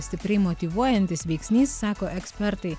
stipriai motyvuojantis veiksnys sako ekspertai